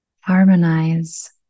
Harmonize